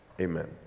Amen